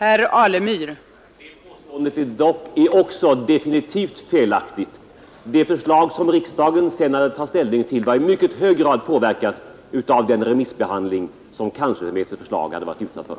Fru talman! Det påstående fru Ryding sist gjorde är också helt felaktigt. Det förslag som riksdagen hade att ta ställning till var i mycket hög grad påverkat av den remissbehandling som universitetskanslersämbetets förslag hade varit föremål för.